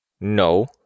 No